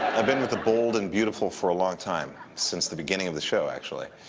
i've been with the bold and beautiful for a long time, since the beginning of the show, actually,